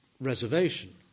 reservation